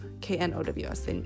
K-N-O-W-S